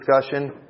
discussion